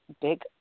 Big